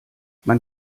man